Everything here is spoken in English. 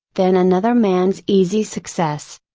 than another man's easy success.